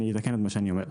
אתקן את מה שאני אומר.